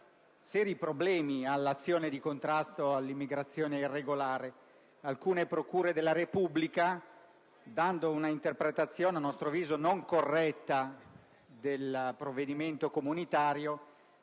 seri problemi all'azione di contrasto all'immigrazione irregolare. Alcune procure della Repubblica, dando una interpretazione a nostro avviso non corretta del provvedimento comunitario,